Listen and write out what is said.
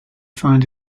find